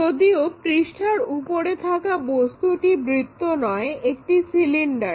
যদিও পৃষ্ঠার উপরে থাকা বস্তুটি বৃত্ত নয় একটি সিলিন্ডার